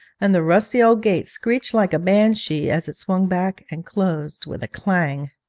and the rusty old gate screeched like a banshee as it swung back and closed with a clang.